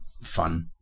fun